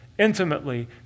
Intimately